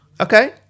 Okay